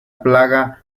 plaga